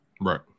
Right